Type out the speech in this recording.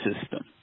system